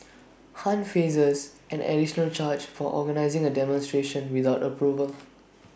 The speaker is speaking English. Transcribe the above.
han faces an additional charge for organising A demonstration without approval